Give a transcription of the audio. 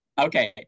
Okay